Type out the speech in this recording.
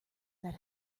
that